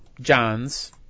John's